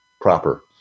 proper